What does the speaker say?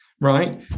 right